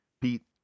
Pete